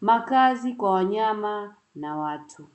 makazi kwa wanyama na watu.